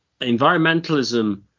Environmentalism